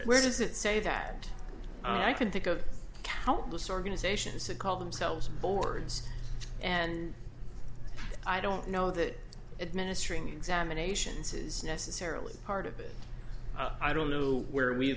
where does it say that i can think of countless organizations that call themselves boards and i don't know that administering examinations is necessarily part of it i don't know where we've